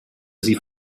sie